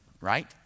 right